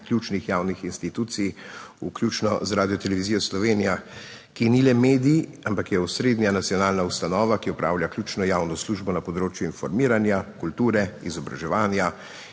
ključnih javnih institucij, vključno z Radiotelevizijo Slovenija, ki ni le medij, ampak je osrednja nacionalna ustanova, ki opravlja ključno javno službo na področju informiranja, kulture, izobraževanja,